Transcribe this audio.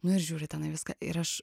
nu ir žiūri tenai viską ir aš